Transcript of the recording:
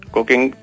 Cooking